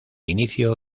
inicio